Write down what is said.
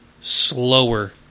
slower